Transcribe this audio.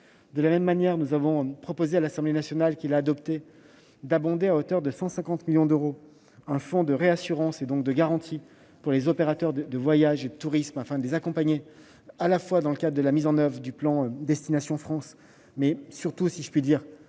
Deuxièmement, nous avons proposé à l'Assemblée nationale, qui a adopté cette mesure, d'abonder à hauteur de 150 millions d'euros un fonds de réassurance, donc de garantie, pour les opérateurs de voyages et de tourisme, afin de les accompagner dans le cadre de la mise en oeuvre du plan Destination France, mais surtout pour faire